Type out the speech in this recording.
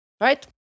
Right